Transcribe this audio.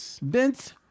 Vince